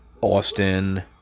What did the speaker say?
Austin